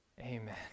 amen